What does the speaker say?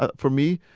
ah for me,